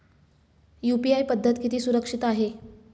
UPI पद्धत किती सुरक्षित आहे?